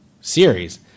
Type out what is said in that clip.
series